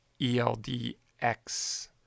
ELDX